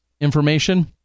information